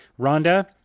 Rhonda